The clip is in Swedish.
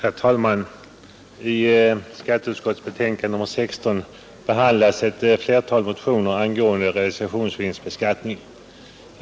Herr talman! I skatteutskottets betänkande nr 16 behandlas ett flertal motioner angående realisationsvinstbeskattning.